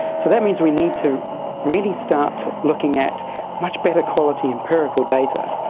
so that means we need to really start looking at much better quality empirical data,